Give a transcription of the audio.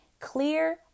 clear